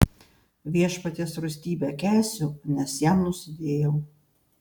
viešpaties rūstybę kęsiu nes jam nusidėjau